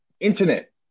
Internet